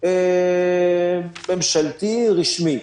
ממשלתי רשמי.